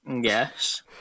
Yes